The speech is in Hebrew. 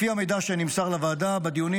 לפי המידע שנמסר לוועדה בדיונים,